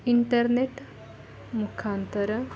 internet ಮುಖಾಂತರ